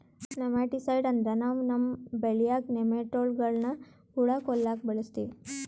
nematicide ಅಂದ್ರ ನಾವ್ ನಮ್ಮ್ ಬೆಳ್ಯಾಗ್ ನೆಮಟೋಡ್ಗಳ್ನ್ ಹುಳಾ ಕೊಲ್ಲಾಕ್ ಬಳಸ್ತೀವಿ